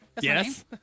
yes